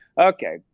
okay